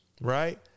Right